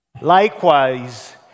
Likewise